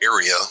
area